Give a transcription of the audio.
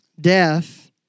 Death